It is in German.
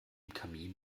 kamin